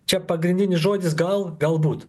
čia pagrindinis žodis gal galbūt